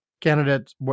candidates